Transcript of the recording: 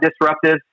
disruptive